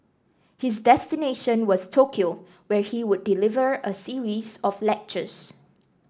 his destination was Tokyo where he would deliver a series of lectures